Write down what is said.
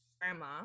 grandma